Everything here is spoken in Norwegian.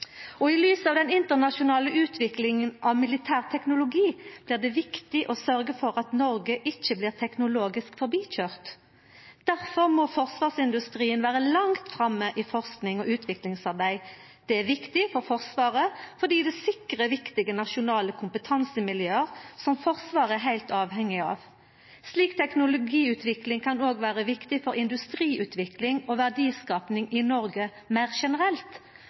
i prosjekta. I lys av den internasjonale utviklinga av militær teknologi blir det viktig å sørgja for at Noreg ikkje blir teknologisk forbikøyrt. Difor må forsvarsindustrien vera langt framme i forsking og utviklingsarbeid. Det er viktig for Forsvaret fordi det sikrar viktige nasjonale kompetansemiljø som Forsvaret er heilt avhengig av. Slik teknologiutvikling kan òg vera viktig for industriutvikling og verdiskaping i Noreg meir generelt,